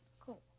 cool